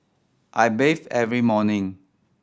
I bathe every morning